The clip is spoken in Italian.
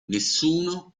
nessuno